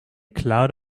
cloud